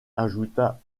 ajouta